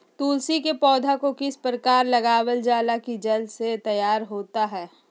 तुलसी के पौधा को किस प्रकार लगालजाला की जल्द से तैयार होता है?